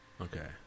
Okay